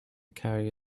carry